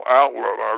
outlet